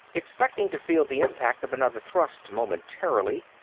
expecting to feel the impact of another thrust momentarily,